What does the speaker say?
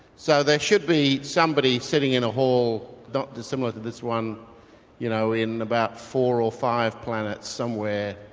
so there should be somebody sitting in a hall not dissimilar to this one you know in about four or five planets somewhere,